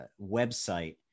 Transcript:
website